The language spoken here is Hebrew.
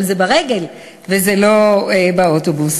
אבל זה ברגל ולא באוטובוס.